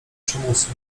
przymusu